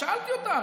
ושאלתי אותה,